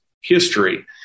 history